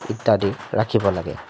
ইত্যাদি ৰাখিব লাগে